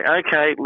okay